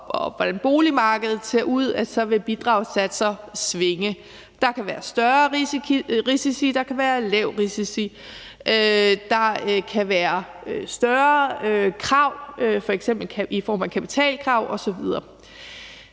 og hvordan boligmarkedet ser ud, vil bidragssatser svinge. Der kan værre større risici, der kan være lavere risici, og der kan være større krav, f.eks. i form af kapitalkrav osv.